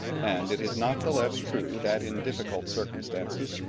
and it is not the less true that in difficult circumstances,